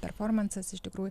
performansas iš tikrųjų